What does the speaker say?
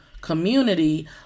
community